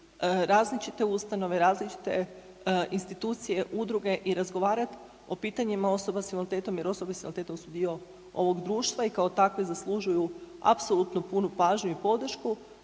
različite ustanove, različite institucije, udruge i razgovarat o pitanjima osoba s invaliditetom jer osobe s invaliditetom su dio ovog društva i kao takve zaslužuju apsolutno punu pažnju i podršku,